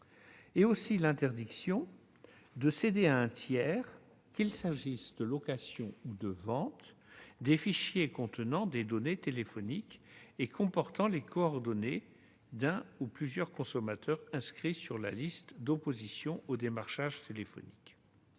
part, l'interdiction de céder à un tiers, qu'il s'agisse de location ou de vente, des fichiers contenant des données téléphoniques et comportant les coordonnées d'un ou de plusieurs consommateurs inscrits sur la liste d'opposition au démarchage téléphonique.